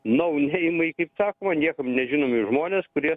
nau neimai kaip sakoma niekam nežinomi žmonės kurie